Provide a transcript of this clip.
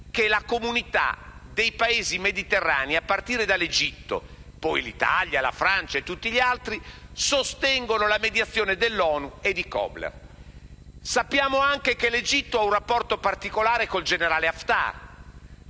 che la comunità dei Paesi mediterranei (a partire dall'Egitto e a seguire l'Italia, la Francia e tutti gli altri) sostiene la mediazione dell'ONU e di Kobler. Sappiamo anche che l'Egitto ha un rapporto particolare con il generale Haftar.